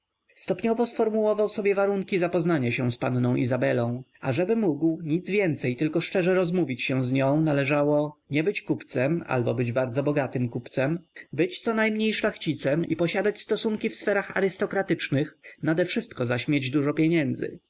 stopniowo sformułował sobie warunki zapoznania się z panną izabelą ażeby mógł nic więcej tylko szczerze rozmówić się z nią należało nie być kupcem albo być bardzo bogatym kupcem być conajmniej szlachcicem i posiadać stosunki w sferach arystokratycznych nadewszystko zaś mieć dużo pieniędzy